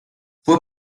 fue